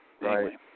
Right